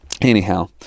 Anyhow